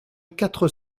quatre